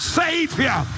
savior